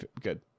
good